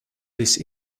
this